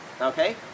okay